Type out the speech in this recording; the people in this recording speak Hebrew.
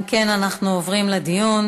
אם כן, אנחנו עוברים לדיון.